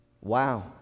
Wow